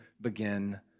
Begin